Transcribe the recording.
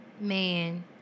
man